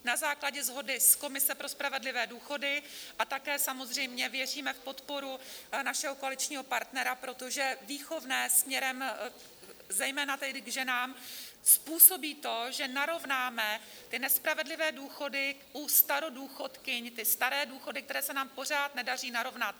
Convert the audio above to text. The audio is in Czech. Na základě shody s komisí pro spravedlivé důchody a také samozřejmě věříme v podporu našeho koaličního partnera, protože výchovné směrem zejména k ženám způsobí to, že narovnáme ty nespravedlivé důchody u starodůchodkyň, ty staré důchody, které se nám pořád nedaří narovnat.